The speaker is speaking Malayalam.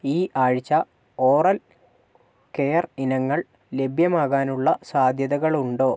ഈ ആഴ്ച ഓറൽ കെയർ ഇനങ്ങൾ ലഭ്യമാകാനുള്ള സാധ്യതകളുണ്ടോ